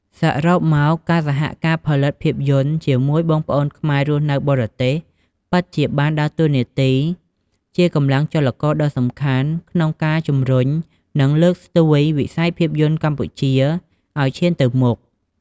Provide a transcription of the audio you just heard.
សរុបមក ការសហការផលិតភាពយន្តជាមួយបងប្អូនខ្មែររស់នៅបរទេស ពិតជាបានដើរតួនាទីជា កម្លាំងចលករដ៏សំខាន់ ក្នុងការជំរុញ និងលើកស្ទួយវិស័យភាពយន្តកម្ពុជាឱ្យឈានទៅមុខ។